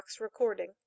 recording